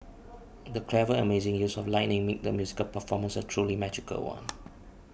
the clever and amazing use of lighting made the musical performance a truly magical one